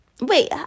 wait